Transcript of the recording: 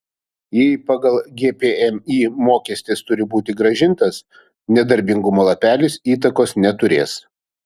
jei pagal gpmį mokestis turi būti grąžintas nedarbingumo lapelis įtakos neturės